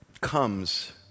comes